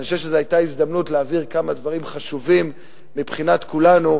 אני חושב שזו היתה הזדמנות להעביר כמה דברים חשובים מבחינת כולנו,